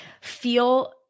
feel